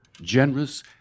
generous